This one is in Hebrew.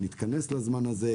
נתכנס לזמן הזה.